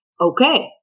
Okay